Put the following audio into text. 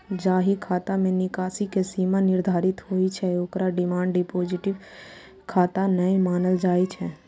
जाहि खाता मे निकासी के सीमा निर्धारित होइ छै, ओकरा डिमांड डिपोजिट खाता नै मानल जाइ छै